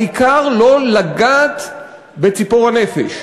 העיקר לא לגעת בציפור הנפש,